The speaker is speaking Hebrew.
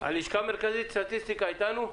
הלשכה המרכזית לסטטיסטיקה איתנו?